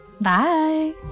Bye